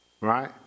Right